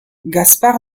gaspar